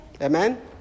Amen